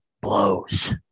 blows